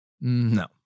No